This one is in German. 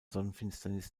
sonnenfinsternis